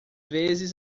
vezes